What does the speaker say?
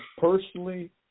personally